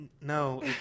No